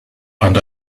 and